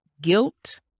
guilt